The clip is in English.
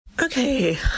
Okay